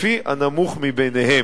לפי הנמוך מביניהם.